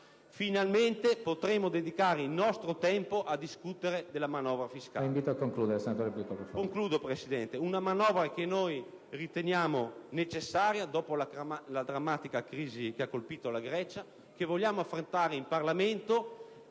Finalmente potremo dedicare il nostro tempo a discutere della manovra fiscale.